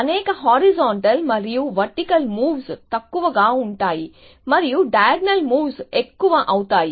అనేక హారిజాంటల్ మరియు vertical moves తక్కువగా ఉంటాయి మరియు డైయగ్నల్ మూవ్స్ ఎక్కువ అవుతాయి